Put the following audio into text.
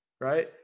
right